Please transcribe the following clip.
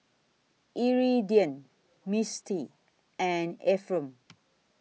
Iridian Mistie and Ephram